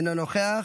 אינו נוכח,